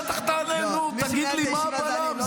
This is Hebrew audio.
בטח, תענה, נו, תגיד לי מה הבלם.